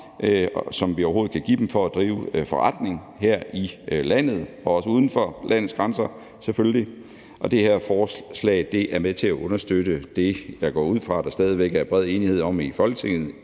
som vi overhovedet kan give dem, for at drive forretning her i landet og selvfølgelig også uden for landets grænser. Og det her forslag er med til at understøtte det, jeg går ud fra der stadig væk er bred enighed om i Folketinget,